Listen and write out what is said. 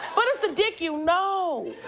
but it's the dick you know.